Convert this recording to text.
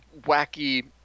wacky